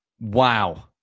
Wow